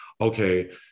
Okay